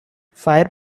fire